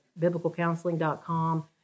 biblicalcounseling.com